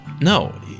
No